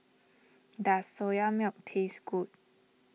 does Soya Milk taste good